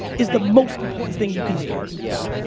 is the most important thing you can do. yeah,